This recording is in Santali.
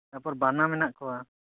ᱛᱟᱯᱚᱨ ᱵᱟᱱᱟ ᱢᱮᱱᱟᱜ ᱠᱚᱣᱟ